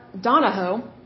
Donahoe